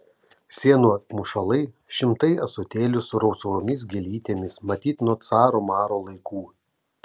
sienų apmušalai šimtai ąsotėlių su rausvomis gėlytėmis matyt nuo caro maro laikų